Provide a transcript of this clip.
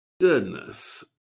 goodness